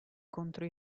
contro